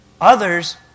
Others